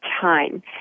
time